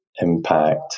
impact